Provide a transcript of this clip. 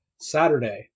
Saturday